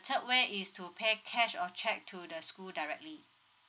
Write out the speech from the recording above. third way is to pay cash or cheque to the school directly